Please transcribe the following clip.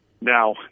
Now